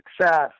success